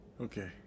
Okay